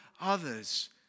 others